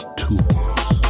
tools